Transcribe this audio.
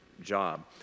job